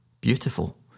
beautiful